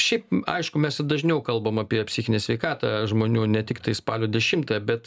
šiaip aišku mes ir dažniau kalbame apie psichinę sveikatą žmonių ne tiktai spalio dešimtą bet